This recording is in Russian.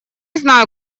знаю